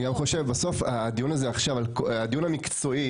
הדיון המקצועי